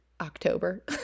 October